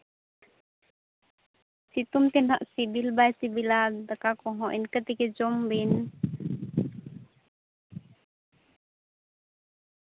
ᱥᱤᱛᱩᱝ ᱛᱮ ᱱᱟᱜ ᱥᱤᱵᱤᱞ ᱵᱟᱭ ᱥᱤᱵᱤᱞᱟ ᱫᱟᱠᱟ ᱠᱚᱦᱚᱸ ᱤᱱᱠᱟᱹ ᱛᱮᱜᱮ ᱡᱚᱢ ᱵᱤᱱ